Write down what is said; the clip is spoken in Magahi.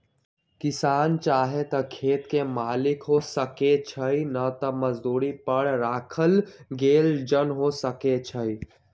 किसान चाहे त खेत के मालिक हो सकै छइ न त मजदुरी पर राखल गेल जन हो सकै छइ